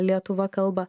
lietuva kalba